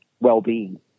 well-being